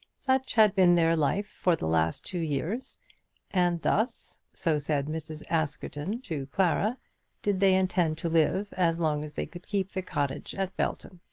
such had been their life for the last two years and thus so said mrs. askerton to clara did they intend to live as long as they could keep the cottage at belton.